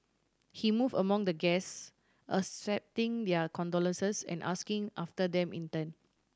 he move among the guests accepting their condolences and asking after them in turn